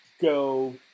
go